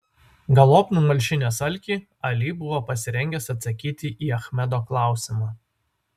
galop numalšinęs alkį ali buvo pasirengęs atsakyti į achmedo klausimą